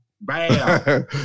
Bam